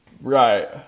Right